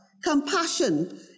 compassion